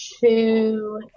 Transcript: two